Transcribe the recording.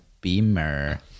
Beamer